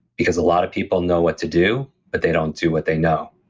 because a lot of people know what to do, but they don't do what they know.